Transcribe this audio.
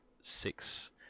six